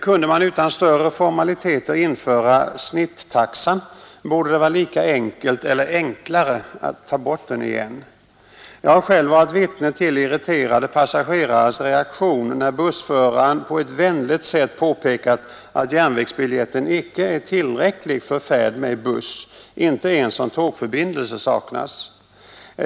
Kunde man utan större formaliteter införa snittaxan, borde det vara lika enkelt eller enklare att ta bort den igen. Jag har själv varit vittne till irriterade passagerares reaktion när bussföraren på ett vänligt sätt påpekat att järnvägsbiljetten icke är tillräcklig för färd med buss, inte ens om tågförbindelse saknas.